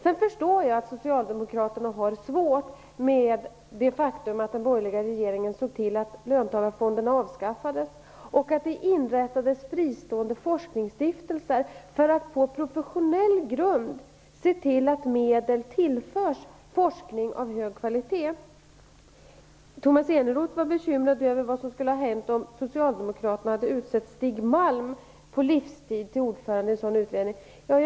Jag förstår att socialdemokraterna har svårt med det faktum att den borgerliga regeringen såg till att löntagarfonderna avskaffades och att det inrättades fristående forskningsstiftelser för att på professionell grund se till att medel tillförs forskning av hög kvalitet. Tomas Eneroth var bekymrad över vad som skulle ha hänt om socialdemokraterna hade utsett Stig Malm till ordförande på livstid i en sådan stiftelse.